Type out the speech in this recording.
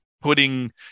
putting